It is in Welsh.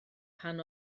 pan